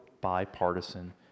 bipartisan